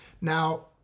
Now